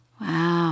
Wow